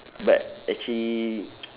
but actually